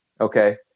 Okay